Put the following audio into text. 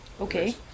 Okay